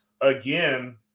again